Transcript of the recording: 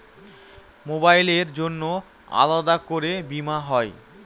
মোবাইলের জন্য আলাদা করে বীমা হয়?